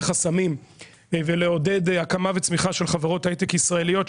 חסמים ולעודד הקמה וצמיחה של חברות הייטק ישראליות,